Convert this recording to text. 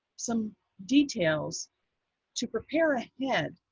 some details to prepare ahead,